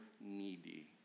needy